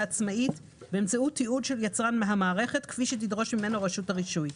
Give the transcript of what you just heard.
עצמאית באמצעות תיעוד של יצרן המערכת כפי שתדרוש ממנו רשות הרישוי.